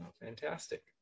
Fantastic